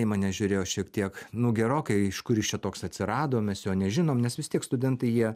į mane žiūrėjo šiek tiek nu gerokai iš kur jis čia toks atsirado mes jo nežinom nes vis tiek studentai jie